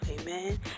Amen